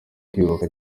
kwibuka